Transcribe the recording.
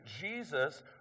Jesus